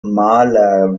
maler